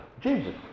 Jesus